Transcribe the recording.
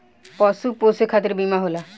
पशु पोसे खतिर बीमा होला